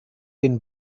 den